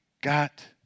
got